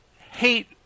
hate